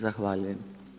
Zahvaljujem.